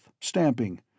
stamping